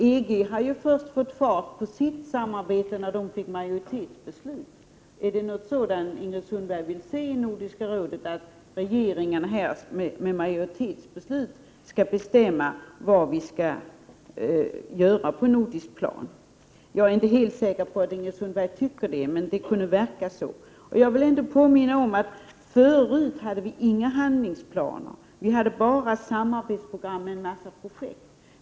EG har fått fart på sitt samarbete först när man fick majoritetsbeslut. Är det något sådant Ingrid Sundberg vill se i Nordiska rådet, att regeringarna med majoritetsbeslut skall bestämma vad vi skall göra på nordiskt plan? Jag är inte helt säker på att Ingrid Sundberg tycker det, men det kunde verka så. Jag vill påminna om att vi förut inte hade några handlingsplaner. Vi hade bara samarbetsprogram med en mängd projekt.